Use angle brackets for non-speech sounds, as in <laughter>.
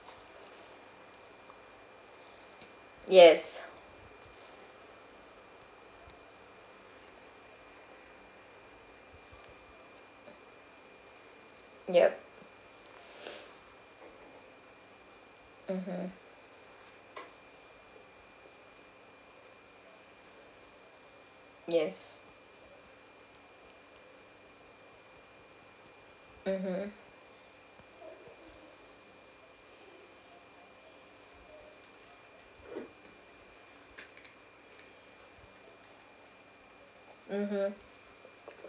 yes yup <breath> mmhmm yes mmhmm mmhmm